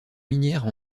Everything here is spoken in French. minière